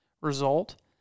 result